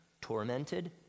tormented